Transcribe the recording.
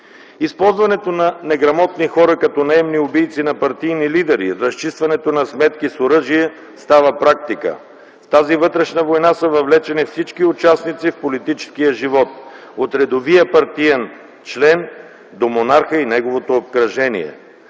Използването на неграмотни хора като наемни убийци на партийни лидери, разчистването на сметки с оръжие става практика. В тази вътрешна война са въвлечени всички участници в политическия живот – от редовия партиен член до монарха и неговото обкръжение.